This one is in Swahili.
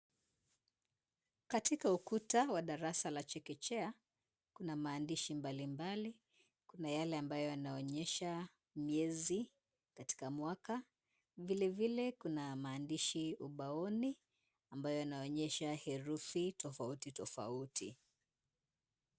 Katika ukuta wa darasa la chekechea kuna maandishi mbalimbali, kuna yale ambayo yanaonyesha miezi katika mwaka, vilevile kuna maandishi ubaoni ambayo yanaonyesha herufi tofauti tofauti.